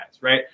right